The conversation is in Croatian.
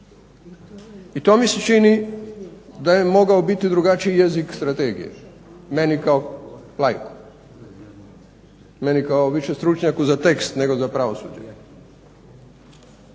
I to mi se čini da je mogao biti drugačiji jezik strategije meni kao laiku, meni kao običnom stručnjaku za tekst nego za pravosuđe.